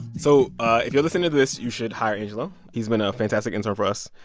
so if you're listening to this, you should hire angelo. he's been a fantastic intern for us,